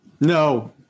No